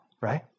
right